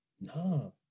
No